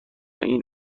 این